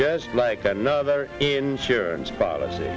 just like another insurance policy